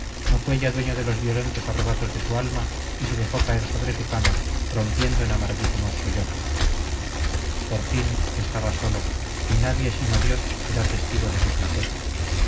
no fue ya dueño de los violentos arrebatos de su alma y se dejó caer sobre su cama rompiendo en amarguísimos sollozos por fin estaba solo y nadie sino dios era testigo de su flaqueza